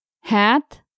Hat